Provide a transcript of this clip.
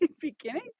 beginning